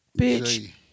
Bitch